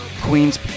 Queen's